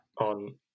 On